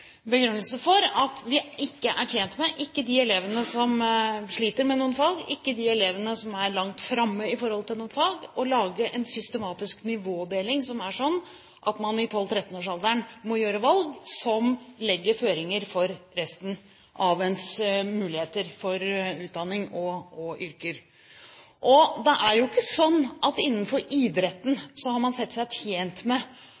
begrunnelse for at vi ikke er tjent med – ikke de elevene som sliter med noen fag, ikke de elevene som er langt framme i noen fag – å lage en systematisk nivådeling som er sånn at man i 12–13-årsalderen må gjøre valg som legger føringer for resten av utdanningsløpet og for yrkesvalg. Og det er ikke sånn at man innenfor idretten har sett seg tjent med